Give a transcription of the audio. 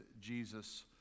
Jesus